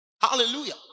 Hallelujah